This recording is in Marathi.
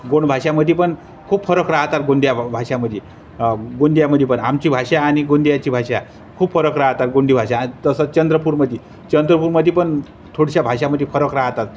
गोंड भाषामध्ये पण खूप फरक राहतात गोंदिया भाषामध्ये गोंदियामध्ये पण आमची भाषा आणि गोंदियाची भाषा खूप फरक राहतात गोंंडी भाषा तसं चंद्रपूरमध्ये चंद्रपूरमध्ये पण थोडशा भाषामध्ये फरक राहतात